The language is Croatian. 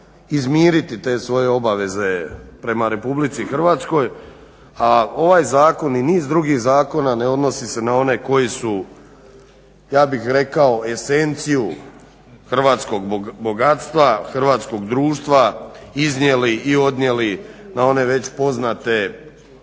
izmiriti te svoje obaveze prema RH, a ovaj zakon i niz drugih zakona ne odnosi se na one koji su ja bih rekao esenciju hrvatskog bogatstva hrvatskog društva iznijeli i odnijeli na one već poznate aligatorske